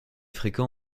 fréquent